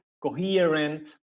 coherent